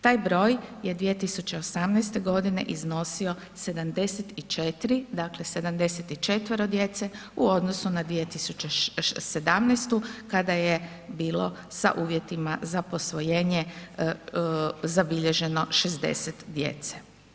Taj broj je 2018. g. iznosio 74, dakle 74 djece u odnosu na 2017. kada je bilo sa uvjetima za posvojenje zabilježeno 60 djece.